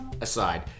aside